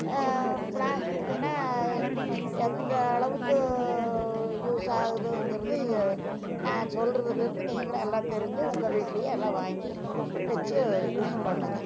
பிளாஸ்டிக்குனா எந்த அளவுக்கு யூஸ் ஆகுதுங்கிறது நான் சொல்கிறதுலேருந்து நீங்களாக எல்லாம் தெரிஞ்சு உங்கள் வீட்லேயே எல்லாம் வாங்கி வைச்சு யூஸ் பண்ணுங்கள்